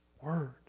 word